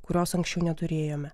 kurios anksčiau neturėjome